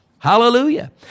Hallelujah